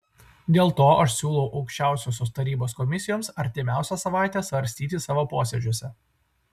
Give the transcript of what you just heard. dėl to aš siūlau aukščiausiosios tarybos komisijoms artimiausią savaitę svarstyti savo posėdžiuose